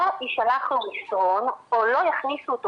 לא יישלח לו מסרון או לא יכניסו אותו